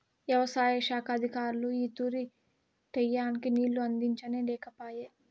యవసాయ శాఖ అధికారులు ఈ తూరి టైయ్యానికి నీళ్ళు అందించనే లేకపాయె